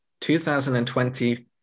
2020